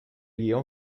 guión